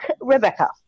Rebecca